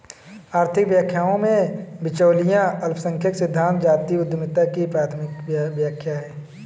आर्थिक व्याख्याओं में, बिचौलिया अल्पसंख्यक सिद्धांत जातीय उद्यमिता की प्राथमिक व्याख्या है